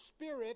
spirit